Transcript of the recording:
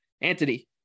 Antony